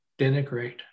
denigrate